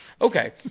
Okay